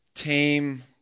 Tame